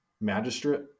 magistrate